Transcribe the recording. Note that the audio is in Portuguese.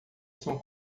são